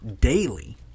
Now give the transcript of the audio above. daily